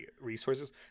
resources